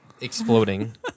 exploding